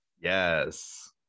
Yes